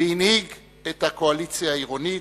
והנהיג את הקואליציה העירונית.